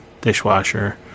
dishwasher